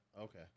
Okay